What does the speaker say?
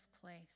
place